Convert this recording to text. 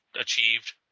achieved